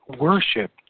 worship